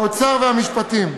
האוצר והמשפטים.